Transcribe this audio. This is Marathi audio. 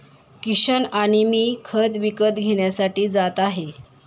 किशन आणि मी खत विकत घेण्यासाठी जात आहे